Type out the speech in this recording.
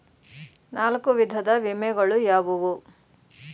ನಾಲ್ಕು ವಿಧದ ವಿಮೆಗಳು ಯಾವುವು?